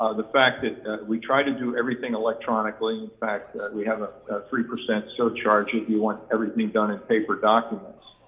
ah the fact that we try to do everything electronically. in fact, we have a three percent surcharge if you want everything done in paper documents.